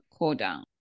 cooldown